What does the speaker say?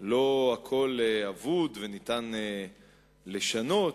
לא הכול אבוד וניתן לשנות.